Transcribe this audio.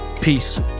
Peace